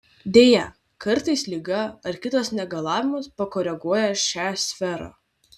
deja kartais liga ar kitas negalavimas pakoreguoja šią sferą